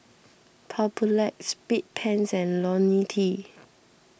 Papulex Bedpans and Ionil T